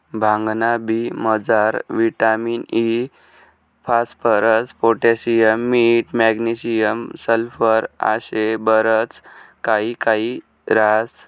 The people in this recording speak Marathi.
भांगना बी मजार विटामिन इ, फास्फरस, पोटॅशियम, मीठ, मॅग्नेशियम, सल्फर आशे बरच काही काही ह्रास